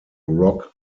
rock